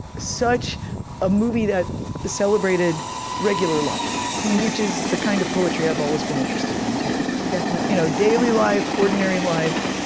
such a movie that celebrated regular life, which is the kind of poetry i've always been interested in too, definitely, you know daily life, ordinary life,